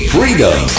Freedom